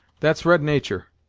that's red natur',